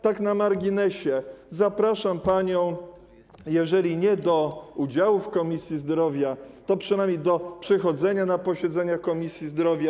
Tak na marginesie, zapraszam panią, jeżeli nie do udziału w Komisji Zdrowia, to przynajmniej do przychodzenia na posiedzenia Komisji Zdrowia.